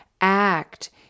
act